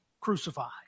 crucified